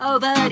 Over